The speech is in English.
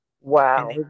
Wow